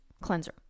cleanser